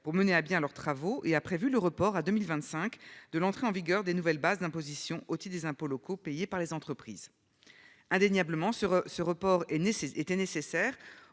pour mener à bien leurs travaux et a prévu le report à 2025 de l'entrée en vigueur des nouvelles bases d'imposition aussi des impôts locaux payés par les entreprises. Indéniablement sur ce report est né c'est